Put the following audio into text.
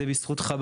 זה בזכות חב"ד.